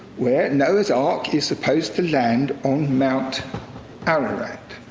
where noah's ark is supposed to land on mount ararat.